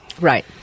Right